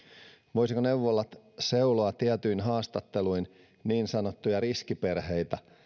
voisivatko neuvolat seuloa tietyin haastatteluin niin sanottuja riskiperheitä